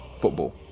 football